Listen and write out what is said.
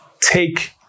take